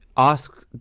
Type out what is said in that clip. Ask